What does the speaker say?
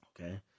Okay